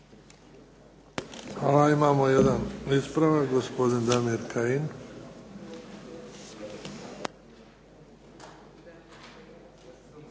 Hvala. Imamo jedan ispravak gospodin Damir Kajin.